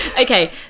Okay